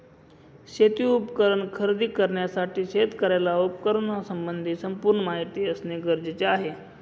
शेती उपकरण खरेदी करण्यासाठी शेतकऱ्याला उपकरणासंबंधी संपूर्ण माहिती असणे गरजेचे आहे